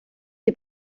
est